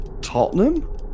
Tottenham